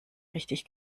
richtig